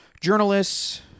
journalists